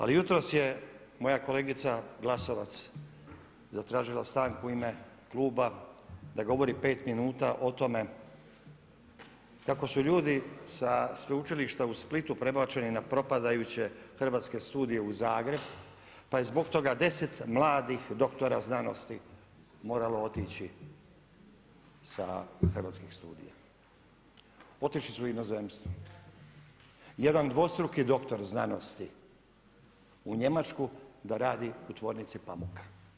Ali jutros je moja kolegica Glasovac zatražila stanku u ime kluba da govori 5 minuta o tome kako su ljudi sa Sveučilišta u Splitu prebačeni na propadajuće Hrvatske studije u Zagreb pa je zbog toga 10 mladih doktora znanosti moralo otići sa Hrvatskih studija, otišli su u inozemstvo, jedan dvostruki doktor znanosti u Njemačku da radi u tvornici pamuka.